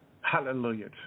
Hallelujah